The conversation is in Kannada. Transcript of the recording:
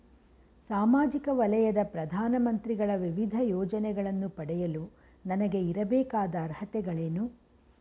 ಸಾಮಾಜಿಕ ವಲಯದ ಪ್ರಧಾನ ಮಂತ್ರಿಗಳ ವಿವಿಧ ಯೋಜನೆಗಳನ್ನು ಪಡೆಯಲು ನನಗೆ ಇರಬೇಕಾದ ಅರ್ಹತೆಗಳೇನು?